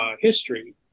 history